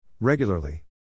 Regularly